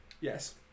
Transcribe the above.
Yes